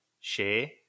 share